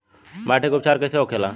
माटी के उपचार कैसे होखे ला?